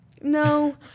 No